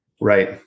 Right